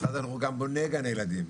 משרד החינוך גם בונה גני ילדים.